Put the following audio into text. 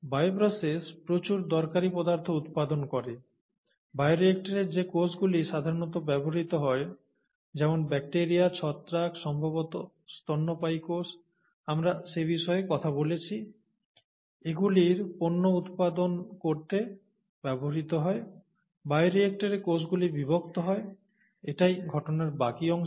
bioprocess প্রচুর দরকারী পদার্থ উৎপাদন করে বায়োরিয়্যাক্টরে যে কোষগুলি সাধারণত ব্যবহৃত হয় যেমন ব্যাকটিরিয়া ছত্রাক সম্ভবত স্তন্যপায়ী কোষ আমরা সে বিষয়ে কথা বলেছি এগুলি পণ্য উৎপাদন করতে ব্যবহৃত হয় বায়োরিয়্যাক্টরে কোষগুলি বিভক্ত হয় এটাই ঘটনার বাকি অংশ